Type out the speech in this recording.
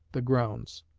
the grounds,